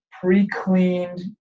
pre-cleaned